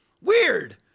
Weird